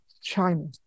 China